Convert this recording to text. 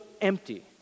empty